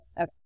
Okay